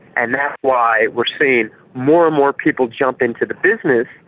and that's why we're seeing more and more people jump into the business,